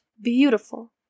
beautiful